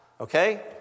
Okay